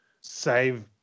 save